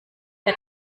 der